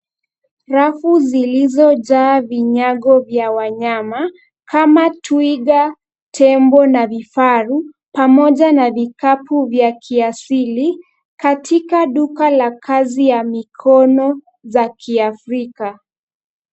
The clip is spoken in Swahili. Rafu zilizojaa vinyago vya wanyama kama twiga, tembo na vifaru pamoja na vikapu vya kiasili katika duka la kazi ya mikono za kiafrika.